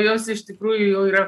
jos iš tikrųjų jau yra